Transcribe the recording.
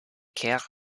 care